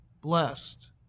blessed